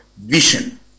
Vision